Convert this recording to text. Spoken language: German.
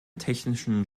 technischen